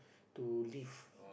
to leave